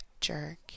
jerk